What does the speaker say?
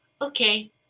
okay